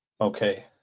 Okay